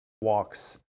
walks